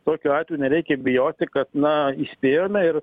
tokiu atveju nereikia bijoti kad na įspėjome ir